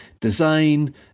design